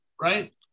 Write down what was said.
right